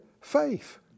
faith